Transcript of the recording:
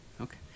okay